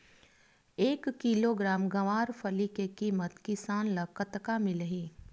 एक किलोग्राम गवारफली के किमत किसान ल कतका मिलही?